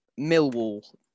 Millwall